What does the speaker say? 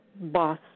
boss